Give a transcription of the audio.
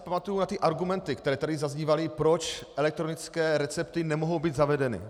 Pamatuji si argumenty, které tady zaznívaly, proč elektronické recepty nemohou být zavedeny.